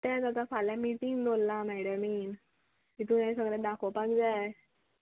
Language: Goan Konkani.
तेंच आतां फाल्यां मिटींग दवरलां मॅडमीन हितून हें सगलें दाखोवपाक जाय